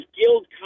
Guild